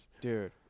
Dude